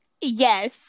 Yes